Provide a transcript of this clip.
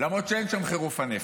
למרות שאין שם חירוף הנפש.